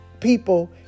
people